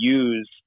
use